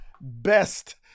best